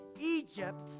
Egypt